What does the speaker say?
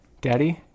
Daddy